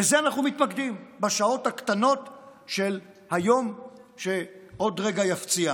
בזה אנחנו מתמקדים בשעות הקטנות של היום שעוד רגע יפציע.